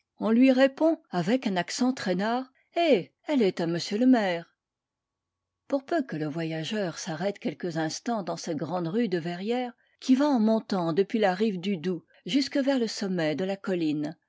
on lui répond avec un accent traînard eh elle est à m le maire pour peu que le voyageur s'arrête quelques instants dans cette grande rue de verrières qui va en montant depuis la rive du doubs jusque vers le sommet de la colline